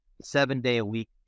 seven-day-a-week